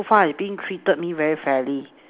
far I think treated me very fairly